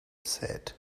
said